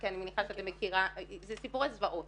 אני רוצה להתייחס למקרים של זיהוי שעלו